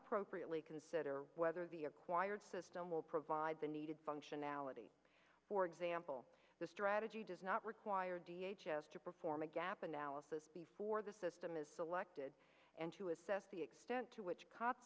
appropriately consider whether the acquired system will provide the needed functionality for example the strategy does not require us to perform a gap analysis before the system is selected and to assess the extent to which co